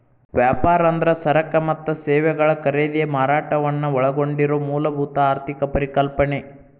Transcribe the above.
ವ್ಯಾಪಾರ ಅಂದ್ರ ಸರಕ ಮತ್ತ ಸೇವೆಗಳ ಖರೇದಿ ಮಾರಾಟವನ್ನ ಒಳಗೊಂಡಿರೊ ಮೂಲಭೂತ ಆರ್ಥಿಕ ಪರಿಕಲ್ಪನೆ